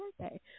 birthday